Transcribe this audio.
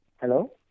Hello